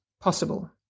possible